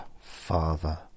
Father